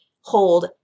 hold